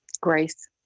Grace